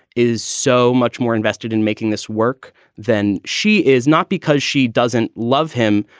is so much more invested in making this work than she is, not because she doesn't love him,